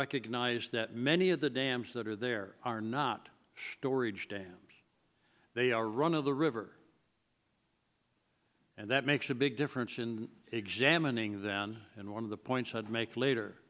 recognize that many of the dams that are there are not storage than they are run of the river and that makes a big difference in examining then and one of the points i'd make later